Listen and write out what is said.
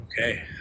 Okay